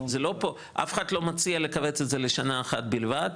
אף אחד לא מציע לכווץ את זה לשנה אחת בלבד,